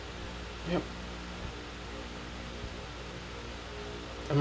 yup I'm